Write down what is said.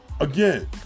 Again